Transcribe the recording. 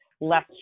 Less